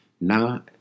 Now